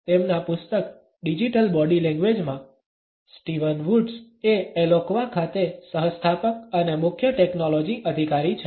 તેમના પુસ્તક digital body લેંગ્વેજમાં સ્ટીવન વુડ્સ એ એલોક્વા ખાતે સહ સ્થાપક અને મુખ્ય ટેકનોલોજી અધિકારી છે